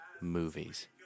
movies